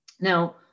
Now